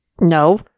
No